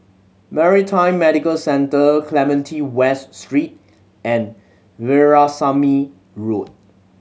Maritime Medical Centre Clementi West Street and Veerasamy Road